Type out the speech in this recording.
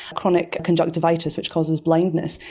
chronic conjunctivitis which causes blindness,